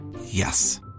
Yes